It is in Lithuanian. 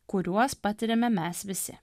kuriuos patiriame mes visi